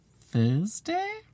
Thursday